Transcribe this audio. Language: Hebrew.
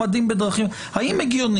והיו דברים מעולם.